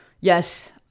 yes